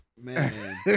Man